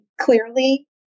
clearly